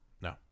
No